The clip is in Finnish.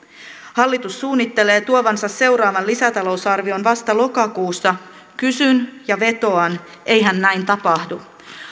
hallitus suunnittelee tuovansa seuraavan lisätalousarvion vasta lokakuussa kysyn ja vetoan eihän näin tapahdu